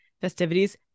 festivities